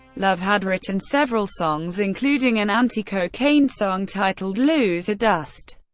love had written several songs, including an anti-cocaine song titled loser dust,